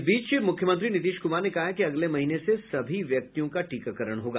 इस बीच मूख्यमंत्री नीतीश कुमार ने कहा है कि अगले महीने से सभी व्यक्तियों का टीकाकरण होगा